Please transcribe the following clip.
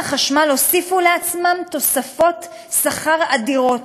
החשמל הוסיפו לעצמם תוספות שכר אדירות,